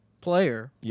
player